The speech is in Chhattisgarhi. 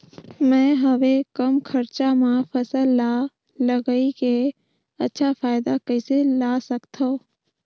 मैं हवे कम खरचा मा फसल ला लगई के अच्छा फायदा कइसे ला सकथव?